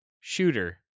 Shooter